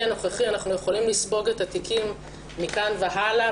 הנוכחי אנחנו יכולים לספוג את התיקים מכאן והלאה.